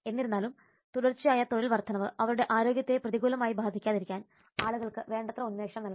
എന്നിരുന്നാലും തുടർച്ചയായ തൊഴിൽ വർദ്ധനവ് അവരുടെ ആരോഗ്യത്തെ പ്രതികൂലമായി ബാധിക്കാതിരിക്കാൻ ആളുകൾക്ക് വേണ്ടത്ര ഉന്മേഷം നൽകണം